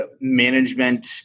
management